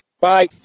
Bye